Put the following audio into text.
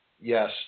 Yes